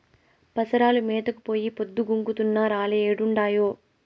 పసరాలు మేతకు పోయి పొద్దు గుంకుతున్నా రాలే ఏడుండాయో